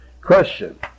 Question